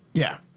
yeah,